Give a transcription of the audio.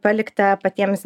palikta patiems